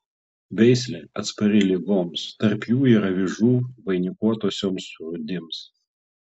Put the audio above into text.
veislė atspari ligoms tarp jų ir avižų vainikuotosioms rūdims